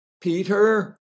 Peter